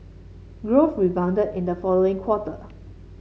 growth rebounded in the following quarter